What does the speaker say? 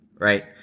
right